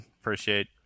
appreciate